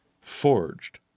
forged